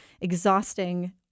exhausting